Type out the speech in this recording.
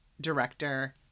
director